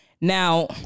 Now